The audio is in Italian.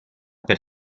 per